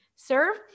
serve